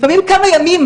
לפעמים כמה ימים.